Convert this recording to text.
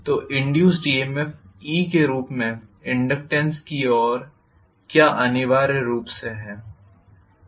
तो induced EMFe के रूप में इनडक्टेन्स की ओर क्या अनिवार्य रूप से है